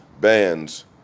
bands